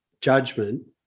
judgment